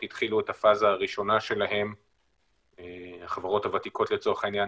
יהיו הרבה מאוד חיסונים גם בטכנולוגיה